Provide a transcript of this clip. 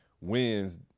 wins